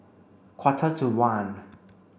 quarter to one